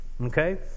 okay